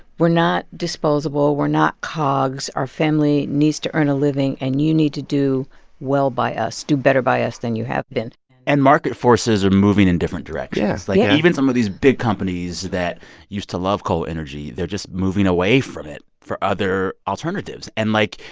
we're not disposable. we're not cogs. our family needs to earn a living. and you need to do well by us. do better by us than you have been and market forces are moving in different directions yeah yeah like, yeah even some of these big companies that used to love coal energy they're just moving away from it for other alternatives. and, like,